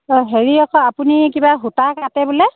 অ' হেৰি আকৌ আপুনি কিবা সূতা কাটে বোলে